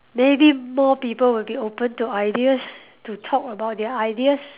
maybe more people be open to ideas to talk about their ideas